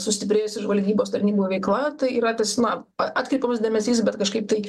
sustiprėjusi žvalgybos tarnybų veikla tai yra ties na atkreipiamas dėmesys bet kažkaip tai